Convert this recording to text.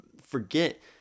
forget